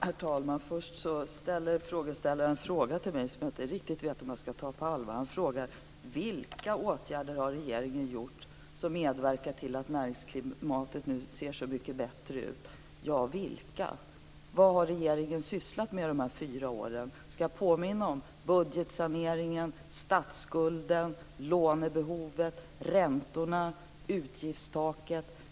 Herr talman! Först ställer frågeställaren en fråga till mig som jag inte riktigt vet om jag skall ta på allvar. Han frågar: Vilka åtgärder har regeringen vidtagit som medverkat till att näringsklimatet nu ser så mycket bättre ut? Ja, vilka? Vad har regeringen sysslat med under de här fyra åren? Skall jag påminna om budgetsaneringen, statsskulden, lånebehovet, räntorna och utgiftstaket?